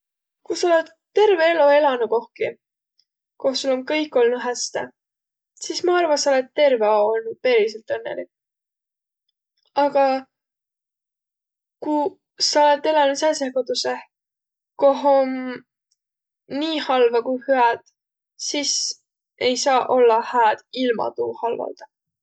Ku sa olõt terve elo elänüq kohki, koh sul om kõik olnuq häste, sis ma arva, et sa olõt terve ao olnuq periselt õnnõlik. Aga ku sa olõt elänüq terve elo säändseh kotussõh, koh om nii halva ku hüäd, sis ei saaq ollaq hääd ilma tuu halvaldaq.